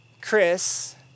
Chris